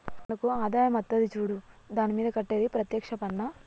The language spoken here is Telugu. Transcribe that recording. మనకు ఆదాయం అత్తది సూడు దాని మీద కట్టేది ప్రత్యేక్ష పన్నా